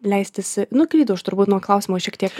leistis nuklydau aš turbūt nuo klausimo šiek tiek